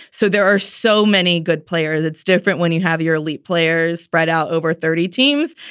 so there are so many good players that's different when you have your elite players spread out over thirty teams.